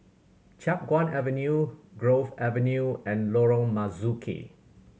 Chiap Guan Avenue Grove Avenue and Lorong Marzuki